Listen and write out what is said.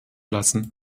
lassen